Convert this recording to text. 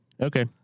okay